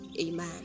Amen